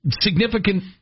significant